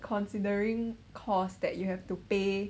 considering cost that you have to pay